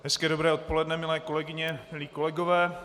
Hezké dobré odpoledne, milé kolegyně, milí kolegové.